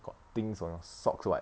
got things on your socks [what]